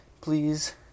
Please